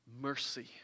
mercy